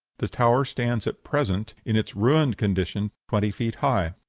the tower stands at present, in its ruined condition, twenty feet high.